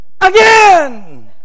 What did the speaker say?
again